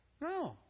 No